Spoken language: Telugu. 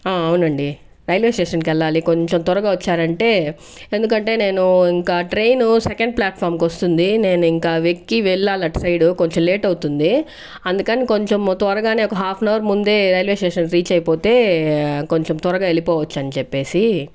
ఆ అవునండి రైల్వే స్టేషన్ కి వెళ్ళాలి కొంచెం త్వరగా వచ్చారంటే ఎందుకంటే నేను ఇంకా ట్రైను సెకండ్ ఫ్లాట్ఫార్మ్ కి వస్తుంది నేను ఇంక వెక్కి వెళ్ళాలి అటు సైడు కొంచెం లేట్ అవుతుంది అందుకని కొంచెం త్వరగానే ఒక హాఫ్ అన్ అవర్ ముందే రైల్వే స్టేషన్ రీచ్ అయిపోతే కొంచెం త్వరగా వెళ్ళిపోవచ్చు అని చెప్పేసి